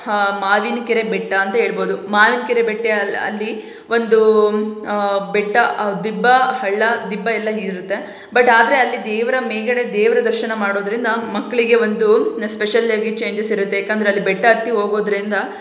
ಹಾಂ ಮಾವಿನಕೆರೆ ಬೆಟ್ಟ ಅಂತ ಹೇಳ್ಬೋದು ಮಾವಿನಕೆರೆ ಬೆಟ್ಟ ಅಲ್ಲಿ ಅಲ್ಲಿ ಒಂದು ಬೆಟ್ಟ ದಿಬ್ಬ ಹಳ್ಳ ದಿಬ್ಬ ಎಲ್ಲ ಇರುತ್ತೆ ಬಟ್ ಆದರೆ ಅಲ್ಲಿ ದೇವರ ಮೇಲ್ಗಡೆ ದೇವರ ದರ್ಶನ ಮಾಡೋದ್ರಿಂದ ಮಕ್ಕಳಿಗೆ ಒಂದು ಸ್ಪೆಷಲ್ಲಾಗಿ ಚೇಂಜಸ್ ಇರುತ್ತೆ ಯಾಕಂದ್ರೆ ಅಲ್ಲಿ ಬೆಟ್ಟ ಹತ್ತಿ ಹೋಗೋದ್ರಿಂದ